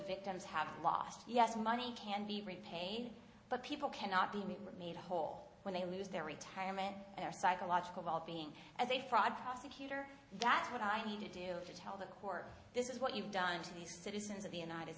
victims have lost yes money can be repaid but people cannot be made whole when they lose their retirement their psychological well being as a fraud prosecutor that's what i need to do to tell the court this is what you've done to the citizens of the united